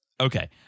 Okay